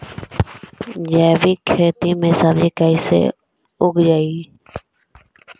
जैविक खेती में सब्जी कैसे उगइअई?